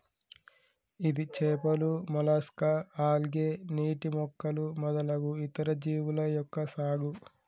ఇది చేపలు, mollusca, algae, నీటి మొక్కలు మొదలగు ఇతర జీవుల యొక్క సాగు